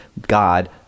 God